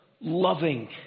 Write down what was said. loving